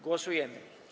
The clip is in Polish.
Głosujemy.